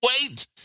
Wait